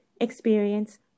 experience